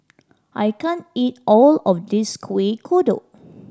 I can't eat all of this Kueh Kodok